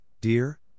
dear